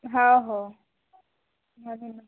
हा हो म्हणून